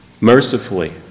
mercifully